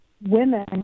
women